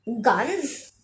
Guns